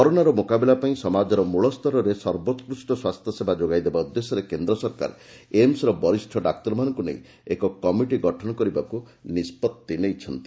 କରୋନାର ମୁକାବିଲା ପାଇଁ ସମାଜର ମୂଳ ସ୍ତରରେ ସର୍ବୋକ୍ରୁଷ୍ଟ ସ୍ୱାସ୍ଥ୍ୟସେବା ଯୋଗାଇଦେବା ଉଦ୍ଦେଶ୍ୟରେ କେନ୍ଦ୍ର ସରକାର ଏମସ୍ର ବରିଷ୍ଠ ଡାକ୍ତରମାନଙ୍କୁ ନେଇ ଏକ କମିଟି ଗଠନ କରିବାକୁ ନିଷ୍ପଭି ନେଇଛନ୍ତି